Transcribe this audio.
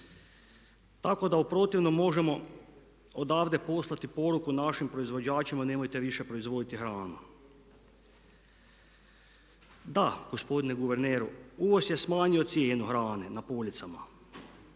Tako da u protivnom možemo odavde poslati poruku našim proizvođačima nemojte više proizvoditi hranu. Da, gospodine guverneru uvoz je smanjio cijenu hrane na policama